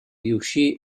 riuscì